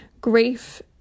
grief